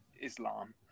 Islam